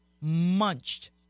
munched